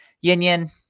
Yin-Yin